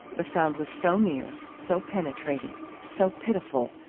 the sound was so near, so penetrating, so pitiful,